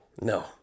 no